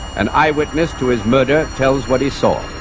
an eye witness to his murder tells what he saw.